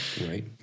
Right